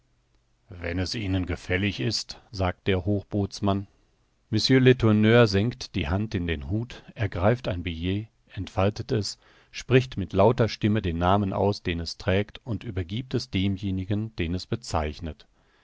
wenn es ihnen gefällig ist sagt der hochbootsmann mr letourneur senkt die hand in den hut ergreift ein billet entfaltet es spricht mit lauter stimme den namen aus den es trägt und übergiebt es demjenigen den es bezeichnet